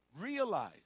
realize